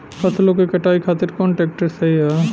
फसलों के कटाई खातिर कौन ट्रैक्टर सही ह?